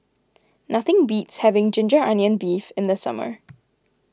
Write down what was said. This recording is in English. nothing beats having Ginger Onions Beef in the summer